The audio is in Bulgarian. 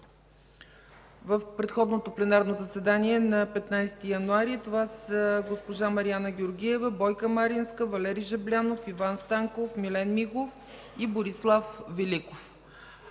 в предходното пленарно заседание на 15 февруари 2015 г. Това са госпожа Мариана Георгиева, Бойка Маринска, Валери Жаблянов, Иван Станков, Милен Михов и Борислав Великов.